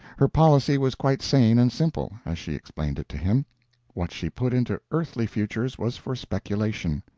her policy was quite sane and simple, as she explained it to him what she put into earthly futures was for speculation,